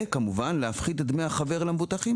וכמובן להפחית את דמי החבר למבוטחים